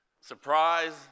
Surprise